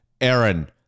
Aaron